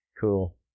Cool